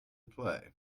play